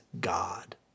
God